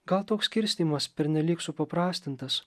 gal toks skirstymas pernelyg supaprastintas